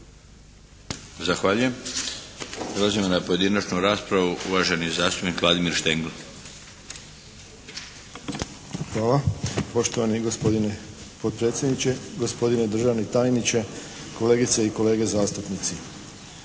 Zahvaljujem. Prelazimo na pojedinačnu raspravu uvaženi zastupnik Vladimir Štengl. **Štengl, Vladimir (HDZ)** Hvala. Poštovani gospodine potpredsjedniče, gospodine državni tajniče, kolegice i kolege zastupnici.